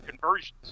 conversions